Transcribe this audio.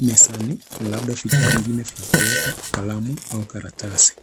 imesali labda vitu vingine vya kuweka kalamu au karatasi.